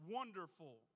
wonderful